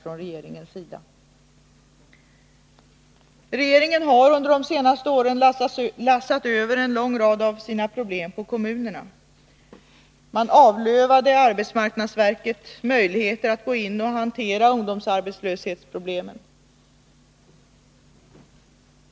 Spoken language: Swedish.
Regeringen har under de senaste åren lassat över en lång rad av sina problem på kommunerna. Regeringen avlövade arbetsmarknadsverket dess möjligheter att gå in och hantera ungdomsarbetslöshetsproblemet.